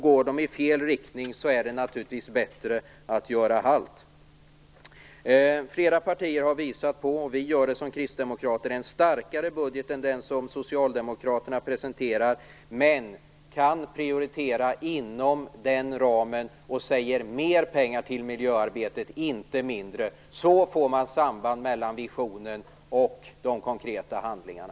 Går man i fel riktning är det naturligtvis bättre att göra halt. Flera partier har visat på, och vi gör det, en starkare budget än den Socialdemokraterna presenterar men gjort prioriteringar inom ramen och gett mer pengar till miljöarbetet, inte mindre. Så får man samband mellan visionen och de konkreta handlingarna.